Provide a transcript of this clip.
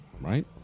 right